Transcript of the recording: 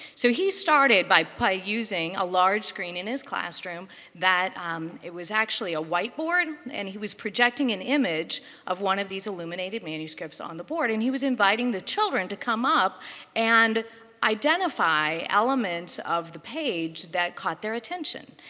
so he started by by using a large screen in his classroom that um was actually a whiteboard. and he was projecting an image of one of these illuminative manuscripts on the board. and he was inviting the children to come up and identify elements of the page that caught their attention.